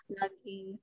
laging